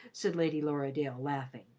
said lady lorridaile, laughing.